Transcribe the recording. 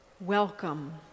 welcome